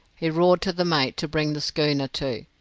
he roared to the mate to bring the schooner to,